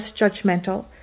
judgmental